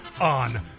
on